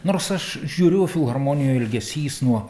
nors aš žiūriu filharmonijų elgesys nuo